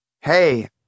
hey